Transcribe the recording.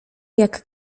jak